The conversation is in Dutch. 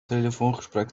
telefoongesprek